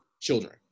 children